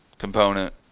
component